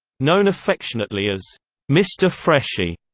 known affectionately as mr. freshie,